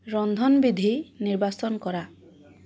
ৰন্ধনবিধি নিৰ্বাচন কৰা